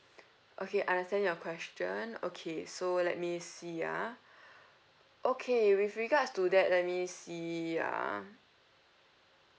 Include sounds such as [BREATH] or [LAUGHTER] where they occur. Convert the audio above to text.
[BREATH] okay understand your question okay so let me see ah [BREATH] okay with regards to that let me see ah